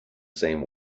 same